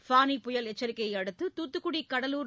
ஃபானி புயல் எச்சரிக்கையைஅடுத்து தூத்துக்குடி கடலூர்